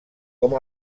com